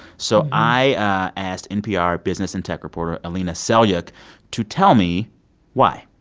so i asked npr business and tech reporter alina selyukh to tell me why